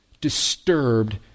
disturbed